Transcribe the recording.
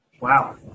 Wow